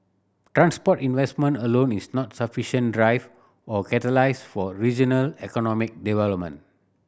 transport investment alone is not sufficient driver or catalyst for regional economic development